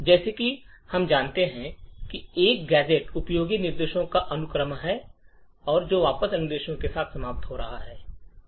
जैसा कि हम जानते हैं कि एक गैजेट उपयोगी निर्देशों का अनुक्रम है जो वापसी अनुदेश के साथ समाप्त हो रहा है